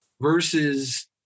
versus